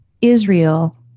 israel